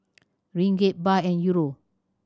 Ringgit Baht and Euro